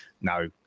no